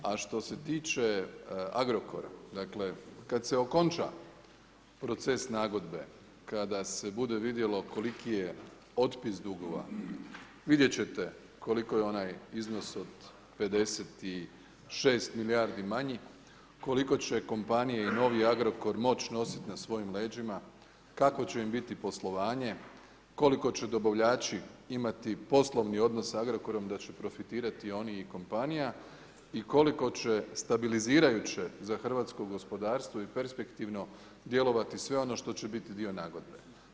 A što se tiče Agrokora, dakle kada se okonča proces nagodbe, kada se bude vidjelo koliki je otpis dugova vidjet ćete koliko je onaj iznos od 56 milijardi manji, koliko će kompanije i novi Agrokor moći nositi na svojim leđima, kako će im biti poslovanje, koliko će dobavljači imati poslovni odnos s Agrokorom da će profitirati i oni i kompanija i koliko će stabilizirajuće za hrvatsko gospodarstvo i perspektivno djelovati sve ono što će biti dio nagodbe.